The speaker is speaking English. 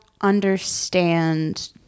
understand